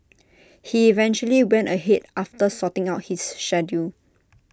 he eventually went ahead after sorting out his schedule